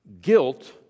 guilt